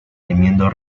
temiendo